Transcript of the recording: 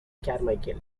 carmichael